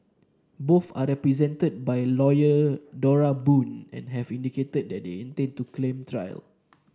both are represented by lawyer Dora Boon and have indicated that they intend to claim trial